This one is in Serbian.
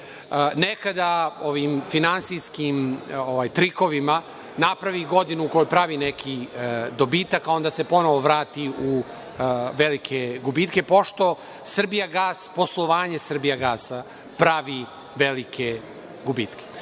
Nekada ovim finansijskim trikovima napravi godinu u kojoj pravi neki dobitak, a onda se ponovo vrati u velike gubitke, pošto poslovanje „Srbijagasa“ pravi velike gubitke. Recimo,